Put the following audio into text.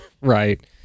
Right